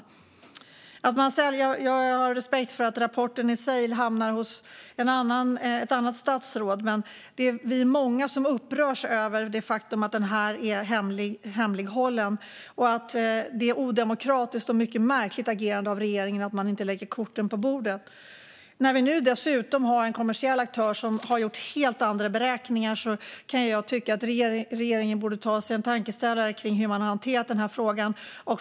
Jag har respekt för att rapporten i sig hamnar hos ett annat statsråd, men vi är många som upprörs av det faktum att rapporten hålls hemlig. Det är ett odemokratiskt och mycket märkligt agerande av regeringen att man inte lägger korten på bordet. När vi nu dessutom har en kommersiell aktör som har gjort helt andra beräkningar kan jag tycka att regeringen borde ta sig en tankeställare när det gäller hur man har hanterat den här frågan.